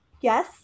yes